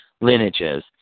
lineages